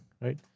right